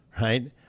right